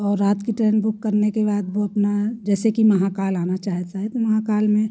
और रात की ट्रेन बुक करने के बाद वो अपना जैसे कि महाकाल आना चाहता है तो महाकाल में